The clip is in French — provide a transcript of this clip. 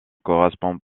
correspond